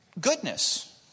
goodness